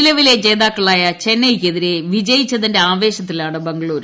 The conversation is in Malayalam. നിലവിലെ ജേതാക്കളായ ചെന്നൈയ്ക്കെതിരെ വിജയിച്ചതിന്റെ ആവേശത്തി ലാണ് ബംഗ്ളൂരു